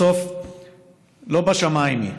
בסוף לא בשמיים היא,